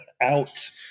out